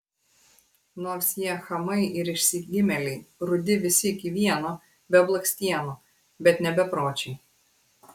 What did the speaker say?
nors jie chamai ir išsigimėliai rudi visi iki vieno be blakstienų bet ne bepročiai